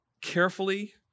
carefully